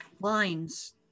lines